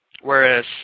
whereas